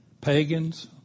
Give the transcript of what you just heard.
pagans